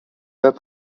bas